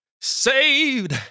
saved